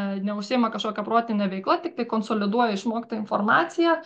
neužsiima kažkokia protine veikla tiktai konsoliduoja išmoktą informaciją